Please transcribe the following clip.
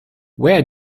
where